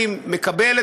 אני מקבל,